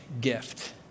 gift